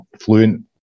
fluent